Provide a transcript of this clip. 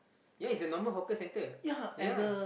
ya it's a normal hawker center ya